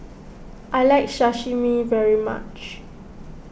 I like Sashimi very much